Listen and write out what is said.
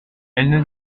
elle